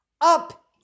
up